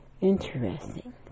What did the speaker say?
interesting